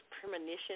premonition